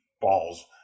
balls